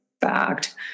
Fact